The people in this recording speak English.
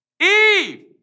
Eve